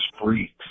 Freaks